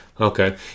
Okay